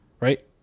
right